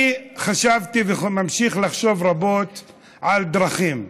אני חשבתי וממשיך לחשוב רבות על דרכים,